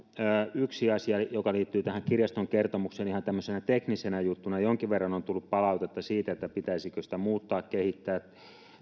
yksi asia joka liittyy tähän kirjaston kertomukseen ihan tämmöisenä teknisenä juttuna jonkin verran on tullut palautetta siitä pitäisikö sitä muuttaa kehittää